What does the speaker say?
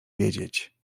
wiedzieć